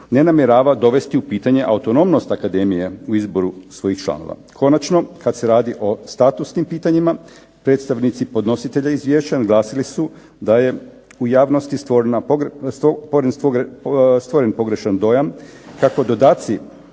ne namjerava dovesti u pitanje autonomnost akademije u izboru svojih članova. Konačno kad se radi o statusnim pitanjima, predstavnici podnositelja izvješća naglasili su da je u javnosti stvoren pogrešan dojam da